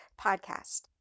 Podcast